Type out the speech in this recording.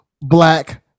black